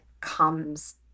comes